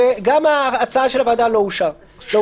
וגם ההצעה של הוועדה לא אושרה.